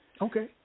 Okay